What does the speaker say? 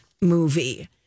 movie